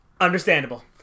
Understandable